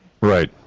Right